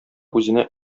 үзенә